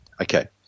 Okay